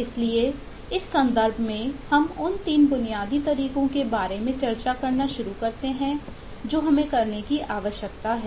इसलिए इस संदर्भ में हम उन तीन बुनियादी तरीकों के बारे में चर्चा करना शुरू करते हैं जो हमें करने की आवश्यकता